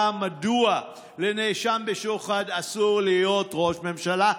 מדוע לנאשם בשוחד אסור להיות ראש ממשלה.